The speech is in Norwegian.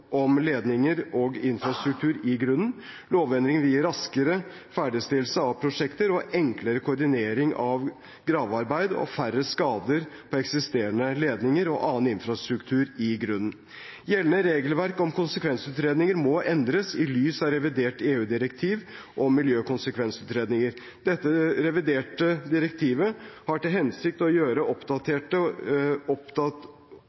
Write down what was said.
av ledninger og infrastruktur i grunnen. Lovendringene vil gi raskere ferdigstillelse av prosjekter, enklere koordinering av gravearbeid og færre skader på eksisterende ledninger og annen infrastruktur i grunnen. Gjeldende regelverk om konsekvensutredninger må endres i lys av det reviderte EU-direktivet om miljøkonsekvensutredninger. Dette reviderte direktivet har til hensikt å